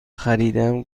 خریدم